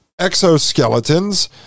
exoskeletons